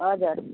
हजुर